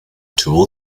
tool